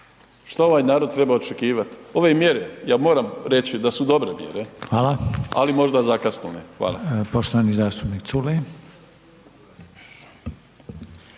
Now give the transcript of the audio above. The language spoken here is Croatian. Šta ovaj narod treba očekivati? Ove mjere, ja moram reći da su dobre bile ali možda zakasnile. Hvala.